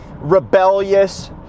rebellious